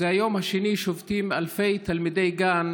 זה היום השני ששובתים אלפי תלמידי גן